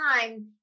time